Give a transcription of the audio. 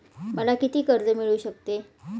मला किती कर्ज मिळू शकते?